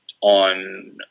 on